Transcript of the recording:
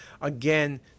Again